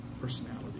personality